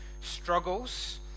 struggles